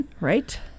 Right